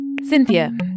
Cynthia